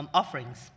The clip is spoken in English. offerings